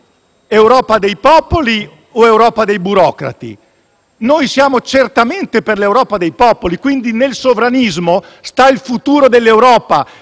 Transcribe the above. Europa dei popoli o Europa dei burocrati? Noi siamo certamente per l'Europa dei popoli. Nel sovranismo sta il futuro dell'Europa,